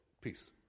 peace